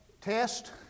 test